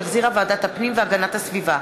שהחזירה ועדת הפנים והגנת הסביבה,